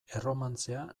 erromantzea